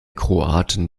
kroaten